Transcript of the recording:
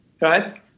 right